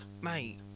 Mate